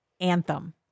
anthem